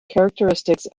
characteristics